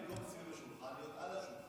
לא מסביב לשולחן, צריכים להיות על השולחן.